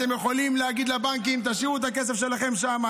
אתם יכולים להגיד לבנקים: תשאירו את הכסף שלכם שם,